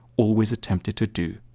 always attempted to do,